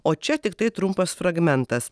o čia tiktai trumpas fragmentas